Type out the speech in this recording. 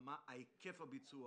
הביצוע